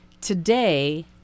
Today